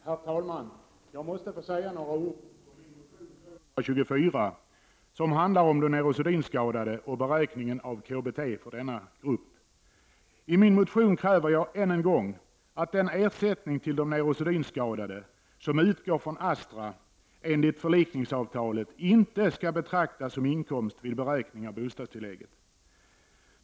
Herr talman! Jag måste säga några ord om min motion 224, som handlar om de neurosedynskadade och beräkningen av KBT för denna grupp. I min motion kräver jag än en gång att den ersättning till de neurosedynskadade som utgår från Astra enligt förlikningsavtalet inte skall betraktas som inkomst vid beräkning av bostadstillägget.